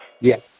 Yes